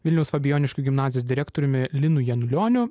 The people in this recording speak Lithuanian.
vilniaus fabijoniškių gimnazijos direktoriumi linu janulioniu